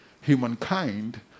humankind